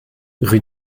rue